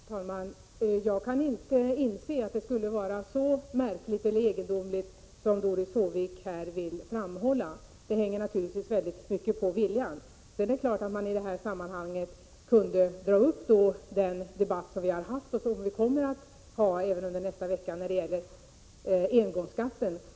Herr talman! Jag kan inte inse att det skulle vara så märkligt eller egendomligt som Doris Håvik här vill framhålla. Det beror naturligtvis väldigt mycket på viljan. Det är klart att man i det här sammanhanget igen kunde dra upp den debatt som vi har haft, och som vi kommer att ha nästa vecka, om engångsskatten.